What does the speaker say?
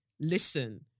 Listen